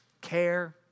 care